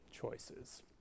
choices